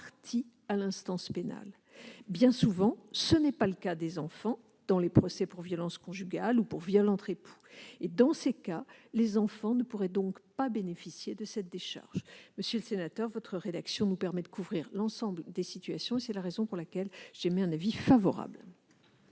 à l'instance pénale. Bien souvent, ce n'est pas le cas des enfants dans les procès pour violences conjugales ou pour viol entre époux. Dans ces cas, les enfants ne pourraient donc pas bénéficier de cette décharge. Monsieur le sénateur, votre rédaction nous permet de couvrir l'ensemble des situations. C'est la raison pour laquelle j'émets un avis favorable